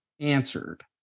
answered